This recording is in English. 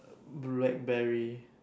Bl~ Blackberry